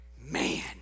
man